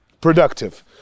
productive